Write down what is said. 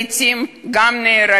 העולם התהפך, אין להם כאן בית.